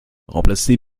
remplacer